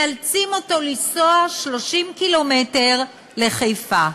מאלצים אותו לנסוע 30 קילומטר לחיפה.